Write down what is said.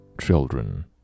children